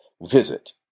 Visit